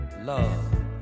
Love